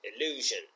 illusion